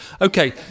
Okay